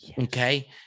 Okay